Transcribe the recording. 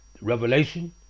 Revelation